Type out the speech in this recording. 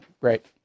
Great